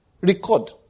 Record